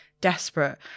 desperate